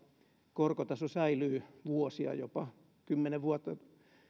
korkotaso säilyy vuosia jopa kymmenen vuotta